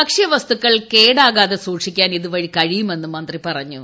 ഭക്ഷ്യ വസ്തുക്കൾ കേടാകാതെ സൂക്ഷിക്കാൻ ഇതു വഴി കഴിയുമെന്നു മന്ത്രി പറഞ്ഞു